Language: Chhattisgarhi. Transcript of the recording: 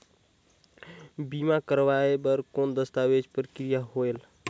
बीमा करवाय बार कौन दस्तावेज प्रक्रिया होएल?